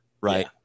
right